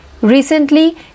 recently